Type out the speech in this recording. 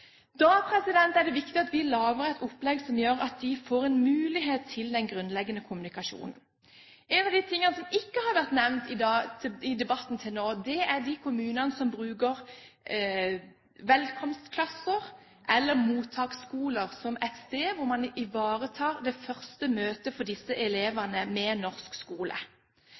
Da er det viktig at vi lager et opplegg som gjør at de får mulighet til en grunnleggende kommunikasjon. En av de tingene som ikke har vært nevnt i debatten til nå, er at noen kommuner bruker velkomstklasser, eller mottaksskoler, som et sted der man har det første møtet med norsk skole for disse elevene. Mottaksskolen i Kristiansand er første møte for barn som flytter til Kristiansand og ikke behersker norsk,